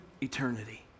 eternity